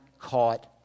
caught